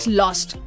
lost